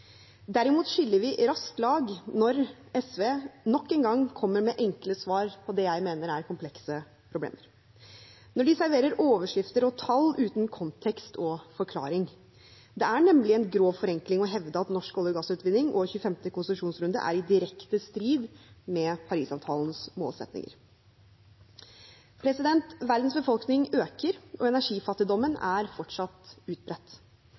Derimot skiller vi raskt lag når SV nok en gang kommer med enkle svar på det jeg mener er komplekse problemer, når de serverer overskrifter og tall uten kontekst og forklaring. Det er nemlig en grov forenkling å hevde at norsk olje- og gassutvinning og 25. konsesjonsrunde er i direkte strid med Parisavtalens målsettinger. Verdens befolkning øker, og energifattigdommen er fortsatt utbredt.